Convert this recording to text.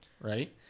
Right